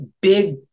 big